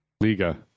Liga